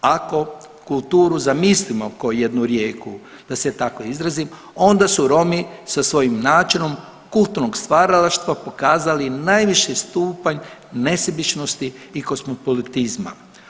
Ako kulturu zamislimo kao jednu rijeku, da se tako izrazim onda su Romi sa svojim načinom kulturnog stvaralaštva pokazali najviši stupanj nesebičnosti i kozmopolitizma.